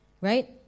right